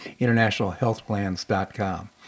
internationalhealthplans.com